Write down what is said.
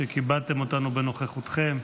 על שכיבדתם אותנו בנוכחותכם.